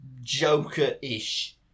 Joker-ish